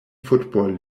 football